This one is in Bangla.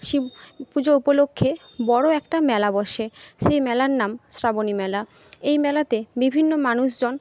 শিব পুজো উপলক্ষ্যে বড় একটা মেলা বসে সেই মেলার নাম শ্রাবণী মেলা এই মেলাতে বিভিন্ন মানুষজন